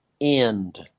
end